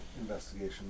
investigation